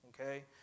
okay